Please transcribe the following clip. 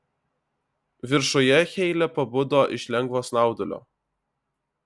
viršuje heile pabudo iš lengvo snaudulio